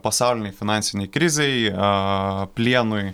pasaulinei finansinei krizei a plienui